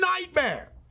nightmare